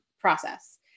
process